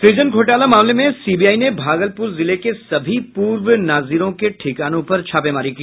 सृजन घोटाला मामले में सीबीआई ने भागलपुर जिले के सभी पूर्व नाजिरों के ठिकानों पर छापेमारी की